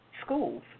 schools